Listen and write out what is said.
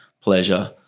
pleasure